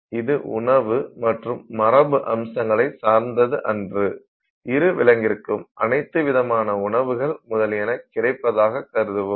இது உணவு மற்றும் மரபு அம்சங்களை சார்ந்தது அன்று இரு விலங்கிற்கும் அனைத்து விதமான உணவுகள் முதலியன கிடைப்பதாக கருதுவோம்